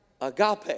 Agape